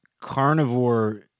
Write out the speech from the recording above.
carnivore